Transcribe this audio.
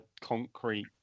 concrete